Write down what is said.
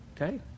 Okay